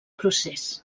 procés